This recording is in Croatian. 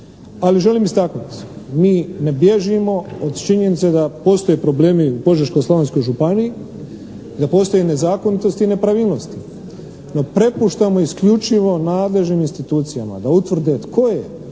Ali želim istaknuti, mi ne bježimo od činjenice da postoje problemi u Požeško-slavonskoj županiji, da postoje nezakonitosti i nepravilnosti. No, prepuštamo isključivo nadležnim institucijama da utvrde tko je